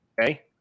Okay